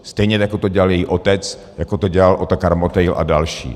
Stejně jako to dělal její otec, jako to dělal Otakar Motejl a další.